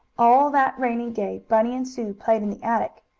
all that rainy day bunny and sue played in the attic,